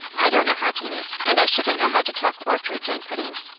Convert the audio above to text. i don't know how to knit and i shouldn't know how to talk orchards and puddings.